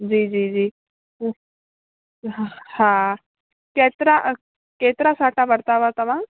जी जी जी हू हा केतिरा केतिरा साटा वरिता हुआ तव्हां